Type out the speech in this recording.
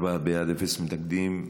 ארבעה בעד, אפס מתנגדים.